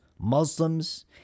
Muslims